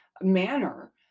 manner